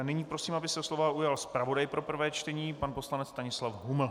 Nyní prosím, aby se slova ujal zpravodaj pro prvé čtení pan poslanec Stanislav Huml.